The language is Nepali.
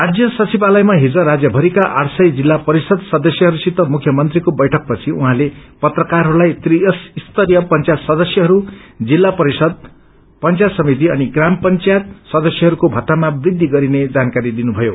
राज्य सचिवालयमा हिज राज्यभरिका सय जिल्ला परिषद सदस्यहस्सित मुख्यमंत्रीको वैठक पछि उहाँले पत्रकारहरूलाई त्रिस्तरीय पंयत सदस्यहरू जिल्ला परिषद पंचायत समिति अनिग्राम पंचायत सदस्यहरूको भेत्तामा वृद्धि गरिने जानकारी दिनुथयो